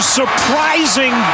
surprising